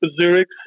Zurich